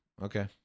Okay